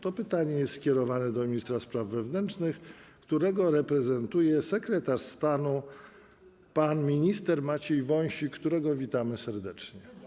To pytanie jest skierowane do ministra spraw wewnętrznych, reprezentuje go sekretarz stanu pan minister Maciej Wąsik, którego witamy serdecznie.